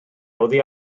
oddi